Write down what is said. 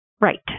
Right